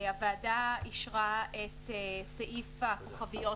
הוועדה אישרה את סעיף הכוכביות,